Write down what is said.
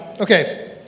okay